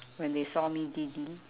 when they saw me